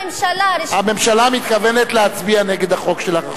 הממשלה מתכוונת להצביע נגד החוק שלך,